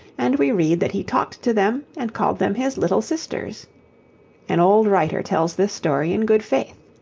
and we read that he talked to them and called them his little sisters an old writer tells this story in good faith